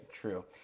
true